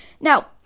Now